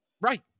Right